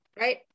right